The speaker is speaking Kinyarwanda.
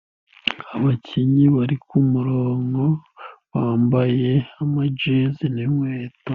Abakinnyi bari ku murongo wambaye amajezi n'inkweto.